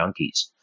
junkies